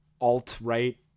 alt-right